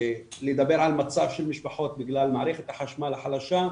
לדבר על מצב שמשפחות בגלל מערכת החשמל החלשה,